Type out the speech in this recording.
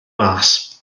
mas